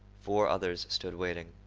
four others stood waiting.